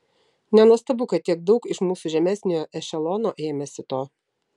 nenuostabu kad tiek daug iš mūsų žemesniojo ešelono ėmėsi to